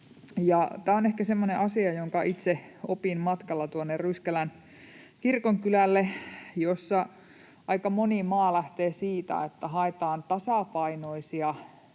Tämä on ehkä semmoinen asia, jonka itse opin matkalla tuonne Ryskälän kirkonkylälle, jossa aika moni maa lähtee siitä, että haetaan tasapainoisia,